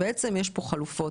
בעצם יש כאן חלופות.